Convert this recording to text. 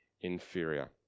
inferior